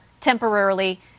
temporarily